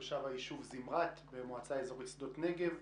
תושב היישוב זמרת במועצה האזורית שדות נגב.